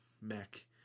mech